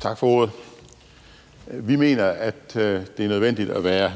Tak for ordet. Vi mener, det er nødvendigt at være